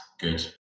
good